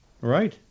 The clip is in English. right